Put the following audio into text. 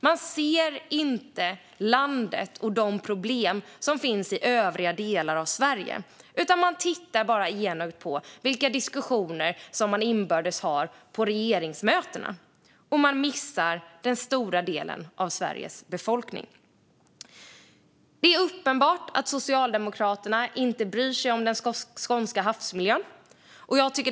Man ser inte landet och de problem som finns i övriga delar av Sverige, utan man tittar bara enögt på de inbördes diskussioner man har på regeringsmötena och missar den stora delen av Sveriges befolkning. Det är uppenbart att Socialdemokraterna inte bryr sig om den skånska havsmiljön.